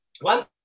One